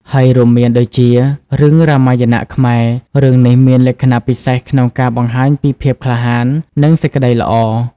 ហើយរួមមានដូចជា រឿងរាមាយណៈខ្មែរ រឿងនេះមានលក្ខណៈពិសេសក្នុងការបង្ហាញពីភាពក្លាហាន និងសេចក្ដីល្អ។